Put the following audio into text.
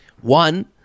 One